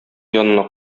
янына